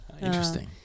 interesting